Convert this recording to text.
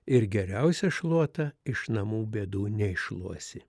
ir geriausia šluota iš namų bėdų neiššluosi